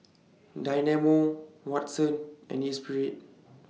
Dynamo Watsons and Espirit